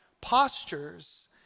postures